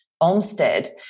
Olmsted